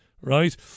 right